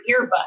earbud